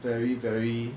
very very